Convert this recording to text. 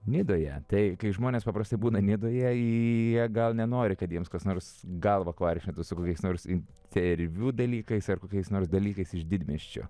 nidoje tai kai žmonės paprastai būna nidoje jie gal nenori kad jiems kas nors galvą kvaršintų su kokiais nors interviu dalykais ar kokiais nors dalykais iš didmiesčio